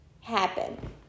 happen